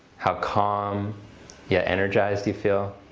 how calm yet energized you feel.